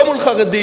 לא מול חרדים,